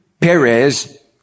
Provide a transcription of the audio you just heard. Perez